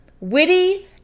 witty